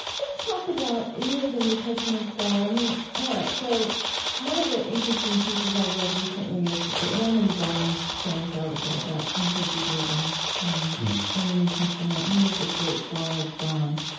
let's talk about you as a new testament scholar. all right, so one of the interesting pieces i've read recently is raymond brown's famous article about anti-judaism in the new testament. he was this great scholar of john.